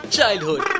Childhood